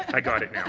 i got it